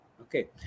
Okay